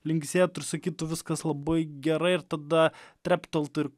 linksėtų ir sakytų viskas labai gerai ir tada trepteltų ir